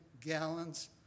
gallons